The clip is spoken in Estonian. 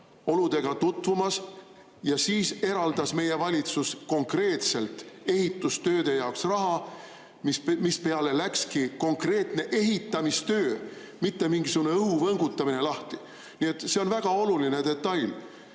oludega tutvumas. Ja siis eraldas meie valitsus konkreetselt ehitustööde jaoks raha, mille peale läkski konkreetne ehitamistöö, mitte mingisugune õhu võngutamine, lahti. Nii et see on väga oluline detail.